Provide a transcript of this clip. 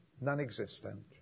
non-existent